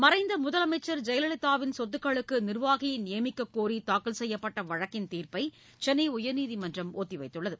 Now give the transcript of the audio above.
மறைந்த முதலமைச்சர் ஜெயலலிதாவின் சொத்துக்களுக்கு நிர்வாகியை நியமிக்கக் கோரி தூக்கல் செய்யப்பட்ட வழக்கின் தீர்ப்பை சென்னை உயர்நீதிமன்றம் ஒத்திவைத்துள்ளது